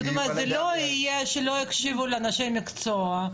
זה לא יהיה שלא הקשיבו לאנשי מקצוע.